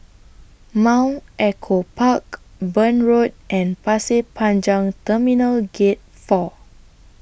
Mount Echo Park Burn Road and Pasir Panjang Terminal Gate four